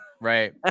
Right